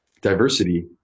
diversity